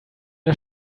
der